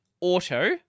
Auto